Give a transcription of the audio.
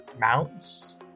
mounts